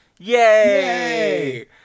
Yay